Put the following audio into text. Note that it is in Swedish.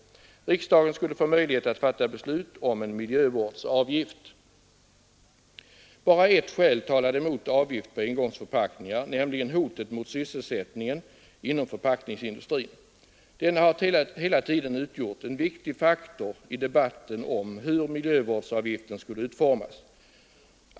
— Riksdagen skulle få möjlighet att fatta beslut om en miljövårdsavgift. Bara ett skäl talade emot avgift på engångsförpackningar, nämligen hotet mot sysselsättningen inom förpackningsindustrin. Denna har hela tiden utgjort en viktig faktor i debatten om hur miljövårdsavgiften skulle utformas.